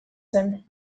zen